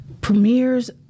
premieres